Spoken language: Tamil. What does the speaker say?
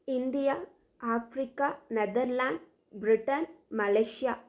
India Africa Netherlands Britain Malaysia